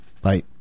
Bye